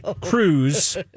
Cruz